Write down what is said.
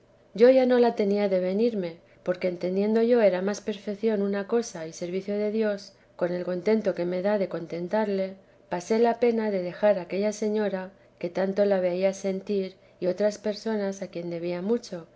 ya yo no la tenía de venirme porque entiendo yo era más perfeción una cosa y servicio de dios con el contento que me da de contentarle pasé la pena de dejar a aquella señora que tanto la veía sentir y otras personas a quien debía mucho